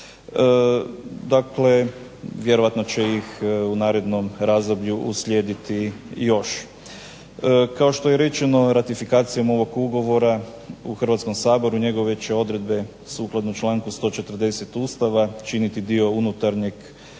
Dakle, vjerojatno će ih u narednom razdoblju uslijediti još. Kao što je rečeno ratifikacijom ovog ugovora u Hrvatskom saboru njegove će odredbe sukladno članku 140. Ustava činiti dio unutarnjeg pravnog